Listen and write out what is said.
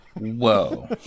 Whoa